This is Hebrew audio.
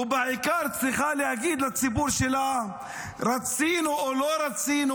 ובעיקר צריכה להגיד לציבור שלה: רצינו או לא רצינו,